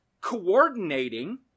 coordinating